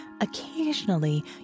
occasionally